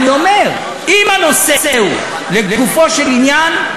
אני אומר, אם הנושא הוא לגופו של עניין,